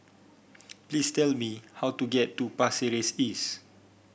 please tell me how to get to Pasir Ris East